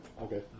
Okay